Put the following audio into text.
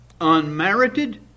Unmerited